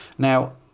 now,